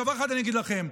דבר אחד אני אגיד לכם: